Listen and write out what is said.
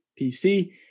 PC